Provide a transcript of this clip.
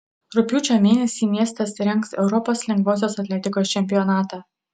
rugpjūčio mėnesį miestas rengs europos lengvosios atletikos čempionatą